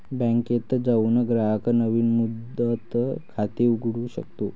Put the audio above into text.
बँकेत जाऊन ग्राहक नवीन मुदत खाते उघडू शकतो